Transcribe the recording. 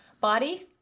body